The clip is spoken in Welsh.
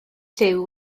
lliw